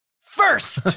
first